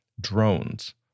drones